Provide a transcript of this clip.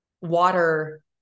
water